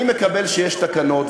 אני מקבל שיש תקנות,